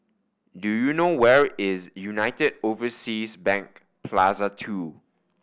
do you know where is United Overseas Bank Plaza Two